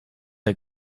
der